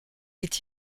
est